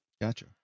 gotcha